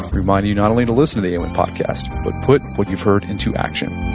reminding you not only to listen to the aom podcast, but put what you've heard into action